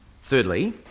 thirdly